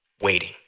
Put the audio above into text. waiting